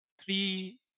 three